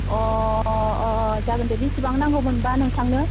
अ अ अ जागोन दे बेसेबां नांगौमोनबा नोंथांनो